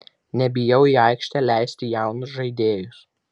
nebijau į aikštę leisti jaunus žaidėjus